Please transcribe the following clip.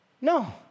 No